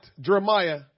Jeremiah